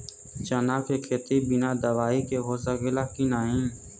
चना के खेती बिना दवाई के हो सकेला की नाही?